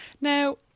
Now